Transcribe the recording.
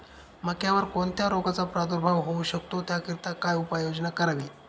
मक्यावर कोणत्या रोगाचा प्रादुर्भाव होऊ शकतो? त्याकरिता काय उपाययोजना करावी?